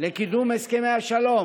לקידום ההסכמי השלום,